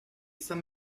saint